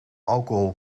alcohol